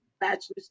bachelor's